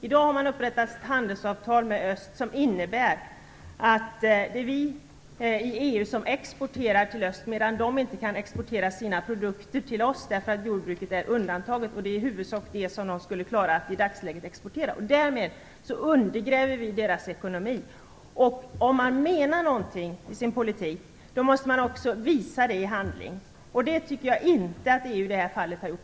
I dag har man upprättat handelsavtal med öst som innebär att det är vi i EU som exporterar till öst medan de inte kan exportera sina produkter till oss eftersom jordbruket är undantaget. Samtidigt är det i dagsläget huvudsakligen just det som de skulle klara att exportera. Därmed undergräver vi deras ekonomi. Om man menar någonting med sin politik måste man också visa det i handling, och det tycker jag inte att EU i det här fallet har gjort.